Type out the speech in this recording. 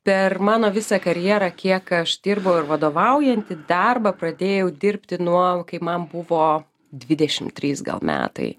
per mano visą karjerą kiek aš dirbau ir vadovaujantį darbą pradėjau dirbti nuo kai man buvo dvidešim trys gal metai